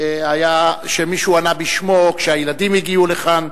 שמישהו ענה בשמו כשהילדים הגיעו לכאן,